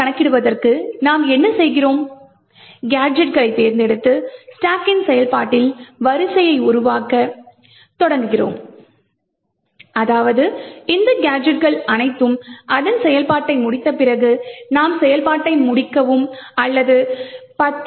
கணக்கிடுவதற்கு நாம் என்ன செய்கிறோம் கேஜெட்களைத் தேர்ந்தெடுத்து ஸ்டாக்கின் செயல்பாட்டில் வரிசையை உருவாக்கத் தொடங்குகிறோம் அதாவது இந்த கேஜெட்கள் அனைத்தும் அதன் செயல்பாட்டை முடித்த பிறகு நாம் செயல்பாட்டை முடிக்க அல்லது 10